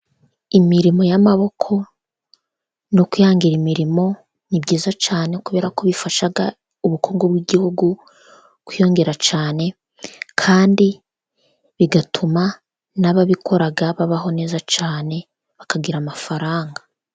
Imirimo y'amaboko no kwihangira imirimo ni byiza cyane kubera ko bifasha ubukungu bw'igihugu kwiyongera cyane, kandi bigatuma n'ababikora babaho neza cyane, bakagira amafaranga.